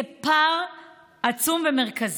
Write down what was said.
זה פער עצום ומרכזי.